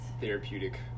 therapeutic